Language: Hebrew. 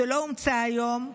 שלא הומצא היום,